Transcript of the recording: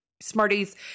Smarties